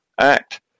act